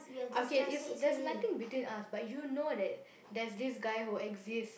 okay is there's nothing between us but you know that there's this guy who exists